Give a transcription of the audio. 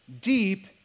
deep